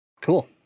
cool